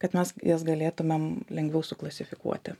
kad mes jas galėtumėm lengviau suklasifikuoti